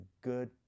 good